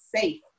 safe